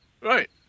Right